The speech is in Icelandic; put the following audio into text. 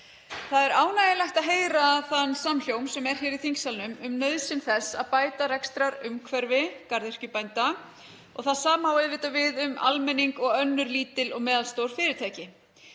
Það er ánægjulegt að heyra þann samhljóm sem er hér í þingsalnum um nauðsyn þess að bæta rekstrarumhverfi garðyrkjubænda og það sama á auðvitað við um almenning og önnur lítil og meðalstór fyrirtæki.